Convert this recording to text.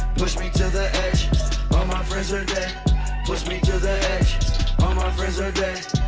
push me to the edge all my friends are dead push me to the edge all my friends are dead,